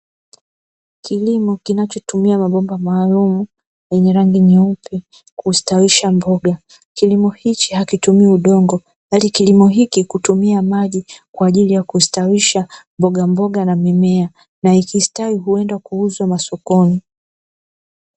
Kilimo kinachotumia mabomba maalumu yenye rangi nyeupe kustawisha mboga, kilimo hichi hakitumii udongo bali kilimo hiki kutumia maji kwa ajili ya kustawisha mboga mboga na mimea na ikistawi huenda kuuzwa masokoni.